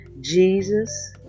Jesus